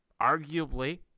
arguably